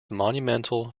monumental